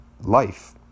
life